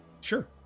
Sure